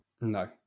No